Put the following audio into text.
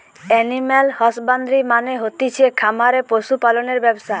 animal husbandry মানে হতিছে খামারে পশু পালনের ব্যবসা